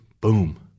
Boom